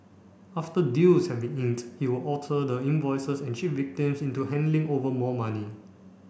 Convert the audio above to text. after deals had been inked he would alter the invoices an cheat victims into handing over more money